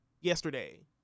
yesterday